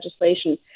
legislation